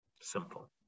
simple